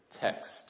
text